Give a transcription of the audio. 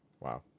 wow